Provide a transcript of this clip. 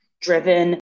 driven